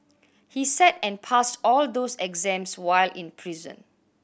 he sat and passed all those exams while in prison